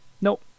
Nope